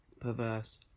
perverse